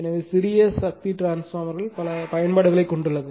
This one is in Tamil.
எனவே சிறிய சக்தி டிரான்ஸ்பார்மர் பல பயன்பாடுகளைக் கொண்டுள்ளது